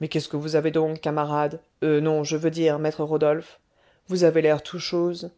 mais qu'est-ce que vous avez donc camarade non je veux dire maître rodolphe vous avez l'air tout chose